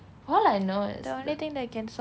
all I know is the